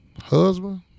husband